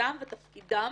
מטרתם ותפקידם